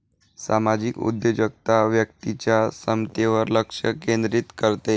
सामाजिक उद्योजकता व्यक्तीच्या क्षमतेवर लक्ष केंद्रित करते